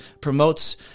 promotes